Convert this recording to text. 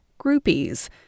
Groupies